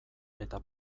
eta